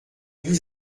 vous